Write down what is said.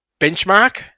benchmark